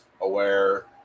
aware